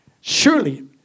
Surely